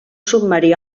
submarí